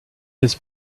his